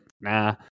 nah